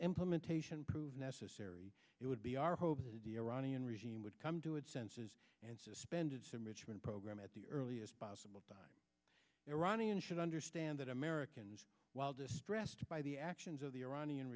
implementation prove necessary it would be our hope aronian regime would come to its senses and suspended some richmond program at the earliest possible time iranians should understand that americans while distressed by the actions of the iranian